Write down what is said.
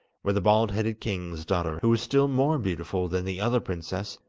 where the bald-headed king's daughter, who was still more beautiful than the other princess,